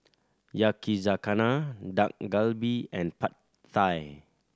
Yakizakana Dak Galbi and Pad Thai